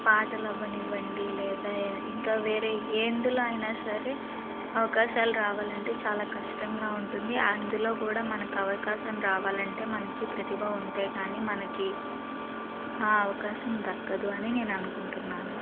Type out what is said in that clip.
పాటలు అవ్వనివ్వండి లేదా ఇంకా వేరే ఎందులో అయినా సరే అవకాశాలు రావాలంటే చాలా కష్టంగా ఉంటుంది అందులో కూడా మనకు అవకాశం రావాలంటే మనకి ప్రతిభ ఉంటే కానీ మనకి ఆ అవకాశం దక్కదు అని నేను అనుకుంటున్నాను